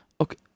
Okay